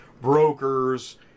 brokers